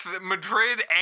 Madrid